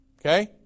Okay